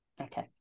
Okay